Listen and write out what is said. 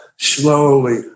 slowly